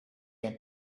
and